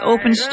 Open